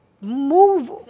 move